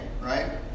right